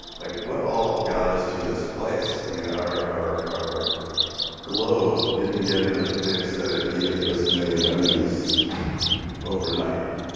like, what all got us to this place? i mean, our our globe didn't get in the fix that it needed this many remedies overnight.